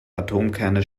atomkerne